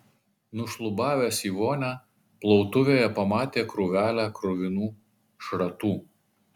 nušlubavęs į vonią plautuvėje pamatė krūvelę kruvinų šratų